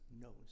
knows